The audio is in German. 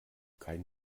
kein